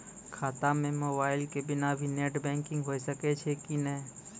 खाता म मोबाइल के बिना भी नेट बैंकिग होय सकैय छै कि नै?